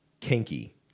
kinky